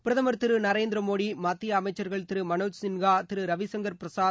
பிரதமர் திரு நரேந்திர மோடி மத்திய அமைச்சர்கள் திரு மனோஜ் சின்ஹா திரு ரவிசங்கர் பிரசாத்